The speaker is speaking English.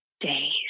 days